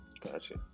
gotcha